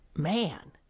man